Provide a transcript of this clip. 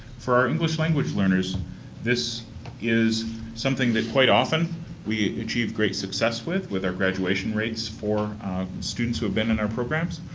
for our english-language learners this is something that quite often we achieve great success with with our graduation rates for students who have been in our programs.